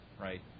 right